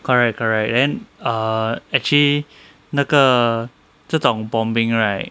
correct correct then err actually 那个这种 bombing right